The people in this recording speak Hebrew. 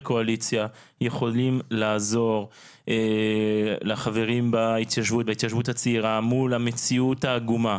קואליציה יכולים לעזור לחברים בהתיישבות הצעירה מול המציאות העגומה,